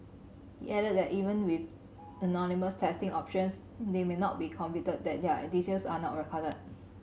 he added that even with anonymous testing options they may not be convinced that their details are not recorded